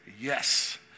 yes